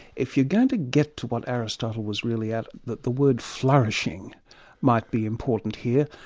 if you're going to get to what aristotle was really at, the the word flourishing might be important here.